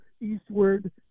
eastward